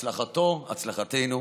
הצלחתו, הצלחתנו,